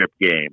game